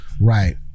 right